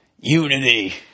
unity